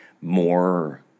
more